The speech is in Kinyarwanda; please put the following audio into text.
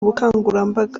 ubukangurambaga